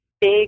big